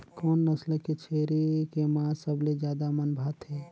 कोन नस्ल के छेरी के मांस सबले ज्यादा मन भाथे?